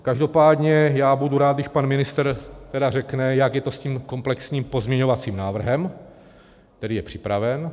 Každopádně budu rád, když pan ministr tedy řekne, jak je to s tím komplexním pozměňovacím návrhem, který je připraven.